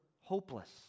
hopeless